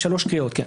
שלוש קריאות.